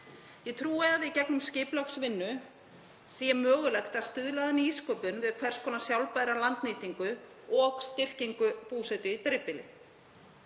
Ég trúi að í gegnum skipulagsvinnu sé mögulegt að stuðla að nýsköpun við hvers konar sjálfbæra landnýtingu og styrkingu búsetu í dreifbýli.